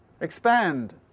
expand